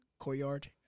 courtyard